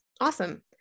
Awesome